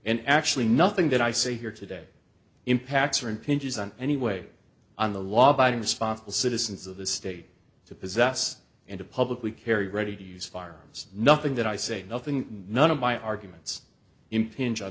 and actually nothing that i say here today impacts or impinges on any way on the law abiding responsible citizens of the state to possess into publicly carry ready to use firearms nothing that i say nothing none of my arguments impinge on